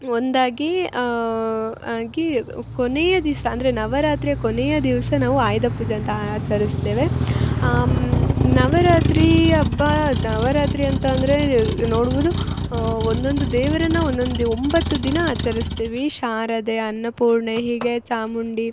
ಒಂದಾಗಿ ಆಗಿ ಕೊನೆಯ ದಿಸ ಅಂದರೆ ನವರಾತ್ರಿಯ ಕೊನೆಯ ದಿವಸ ನಾವು ಆಯುಧ ಪೂಜೆ ಅಂತ ಆಚರಸ್ತೇವೆ ನವರಾತ್ರಿ ಹಬ್ಬ ನವರಾತ್ರಿ ಅಂತಂದರೆ ನೋಡುವುದು ಒಂದೊಂದು ದೇವರನ್ನ ಒನೊಂದಿ ಒಂಬತ್ತು ದಿನ ಆಚರಸ್ತೀವಿ ಶಾರದೆ ಅನ್ನಪೂರ್ಣೆ ಹೀಗೆ ಚಾಮುಂಡಿ